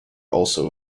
also